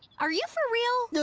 are you for real?